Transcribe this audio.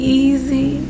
easy